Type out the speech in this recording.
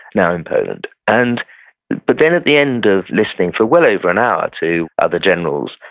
now in poland. and but then at the end of listening for well over an hour to other generals,